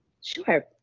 Sure